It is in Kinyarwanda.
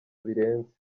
birenze